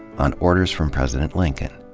on orders from president lincoln.